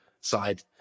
side